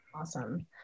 Awesome